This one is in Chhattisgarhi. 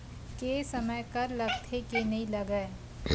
के समय कर लगथे के नइ लगय?